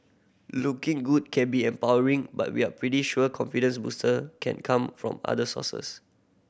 looking good can be empowering but we're pretty sure confidence booster can come from other sources